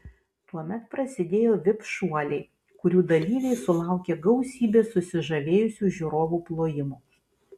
tuomet prasidėjo vip šuoliai kurių dalyviai sulaukė gausybės susižavėjusių žiūrovų plojimų